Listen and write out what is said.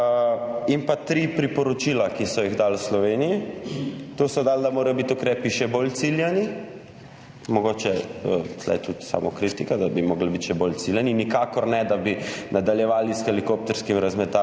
In pa tri priporočila, ki so jih dali Sloveniji: da morajo biti ukrepi še bolj ciljani, mogoče tu tudi samokritika, da bi morali biti še bolj ciljani, nikakor ne, da bi nadaljevali s helikopterskim razmetavanjem,